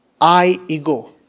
I-ego